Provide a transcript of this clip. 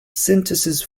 synthesis